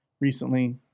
recently